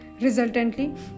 Resultantly